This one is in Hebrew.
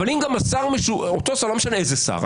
אבל אם לא משנה איזה שר,